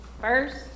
first